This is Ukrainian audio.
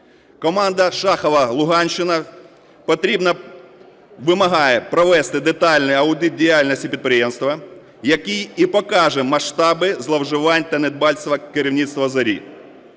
Команда Шахова, Луганщина, вимагає провести детальний аудит діяльності підприємства, який і покаже масштаби зловживань та недбальство керівництва "Зорі".